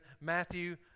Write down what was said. Matthew